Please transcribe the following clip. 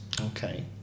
okay